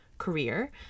Career